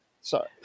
Sorry